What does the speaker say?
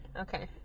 Okay